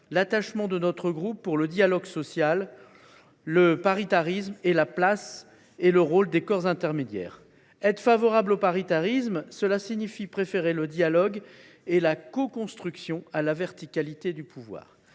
l’attachement de notre groupe au dialogue social, au paritarisme, ainsi qu’à la place et au rôle des corps intermédiaires. Être favorable au paritarisme, cela signifie préférer le dialogue et la coconstruction à la verticalité du pouvoir.